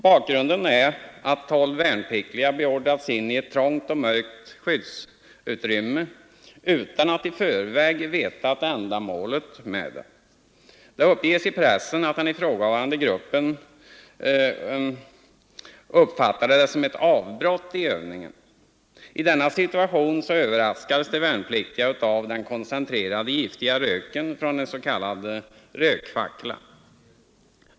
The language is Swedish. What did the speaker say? Bakgrunden är att tolv värnpliktiga beordrats in i ett trångt och mörkt skyddsutrymme utan att i förväg veta ändamålet härmed. Det uppges i pressen att den ifrågavarande gruppen uppfattat det som ett avbrott i övningen. I denna situation överraskas de värnpliktiga av den koncentrerade giftiga röken från en s.k. rökfackla.